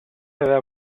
aveva